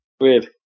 Weird